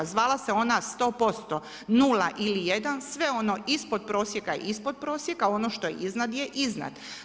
Zvala se ona 100%, 0 ili 1 sve ono ispod prosjeka je ispod prosjeka a ono što je iznad je iznad.